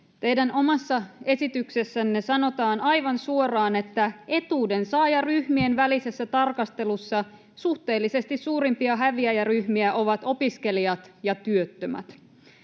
Teidän omassa esityksessänne sanotaan aivan suoraan, että ”etuudensaajaryhmien välisessä tarkastelussa suhteellisesti suurimpia häviäjäryhmiä ovat opiskelijat ja työttömät”.